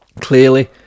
Clearly